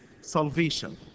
salvation